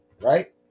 right